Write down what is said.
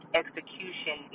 execution